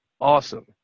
Awesome